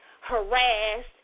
harassed